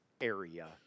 area